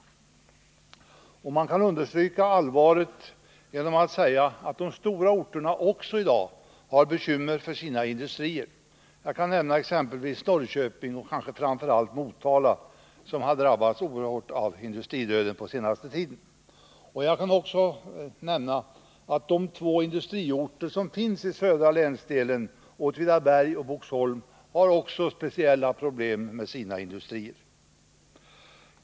Allvaret i situationen kan understrykas med att även de stora orterna i dag har bekymmer för sina industrier. Jag kan som exempel nämna Norrköping och kanske framför allt Motala, som på den senaste tiden har drabbats oerhört av industridöden. Jag kan också nämna att även de två industriorter som finns i den södra länsdelen, Åtvidaberg och Boxholm, har speciella problem med sina industrier.